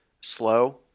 slow